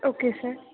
okay sir